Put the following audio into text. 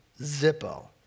Zippo